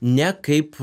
ne kaip